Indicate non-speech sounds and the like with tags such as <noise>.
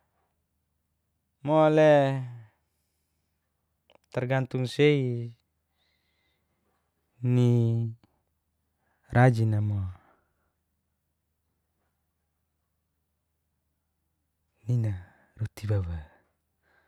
Mole targantung sei <hesitation> ni rajina mo <hesitation> nina roti baba.